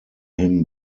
him